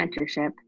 mentorship